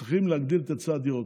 צריכים להגדיל את היצע הדירות.